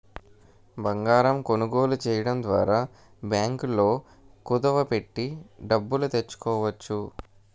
బంగారం కొనుగోలు చేయడం ద్వారా బ్యాంకుల్లో కుదువ పెట్టి డబ్బులు తెచ్చుకోవచ్చు